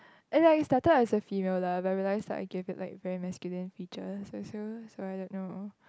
and like it started out as a female lah but I realize I gave it like very masculine features so so so I don't know